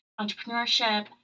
entrepreneurship